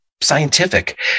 scientific